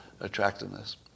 attractiveness